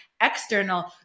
external